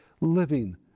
living